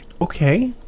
Okay